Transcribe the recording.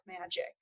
magic